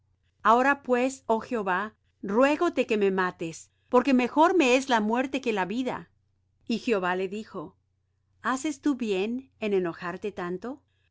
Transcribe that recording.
ahora pues oh jehová ruégote que me mates porque mejor me es la muerte que la vida y jehová le dijo haces tú bien en enojarte tanto